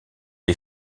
est